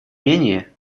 менее